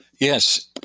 Yes